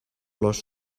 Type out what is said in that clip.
flors